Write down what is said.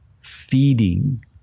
feeding